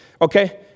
Okay